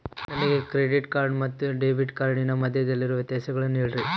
ನನಗೆ credit card ಮತ್ತು debit ಕಾರ್ಡಿನ ಮಧ್ಯದಲ್ಲಿರುವ ವ್ಯತ್ಯಾಸವನ್ನು ಹೇಳ್ರಿ?